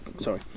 sorry